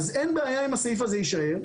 אין בעיה אם הסעיף הזה יישאר.